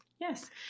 Yes